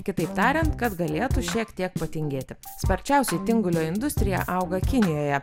kitaip tariant kad galėtų šiek tiek patingėti sparčiausiai tingulio industrija auga kinijoje